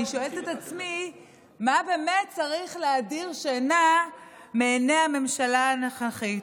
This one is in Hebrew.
אני שואלת את עצמי מה באמת צריך להדיר שינה מעיני הממשלה הנוכחית.